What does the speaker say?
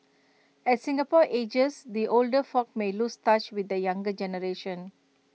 as Singapore ages the older folk may lose touch with the younger generation